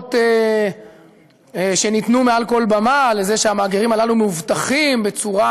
הבטחות ניתנו מעל כל במה שהמאגרים האלה מאובטחים בצורה